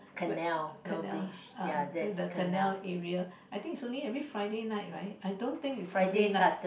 where canal um the canal area I think is only every Friday night right I don't think is every night